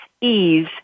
ease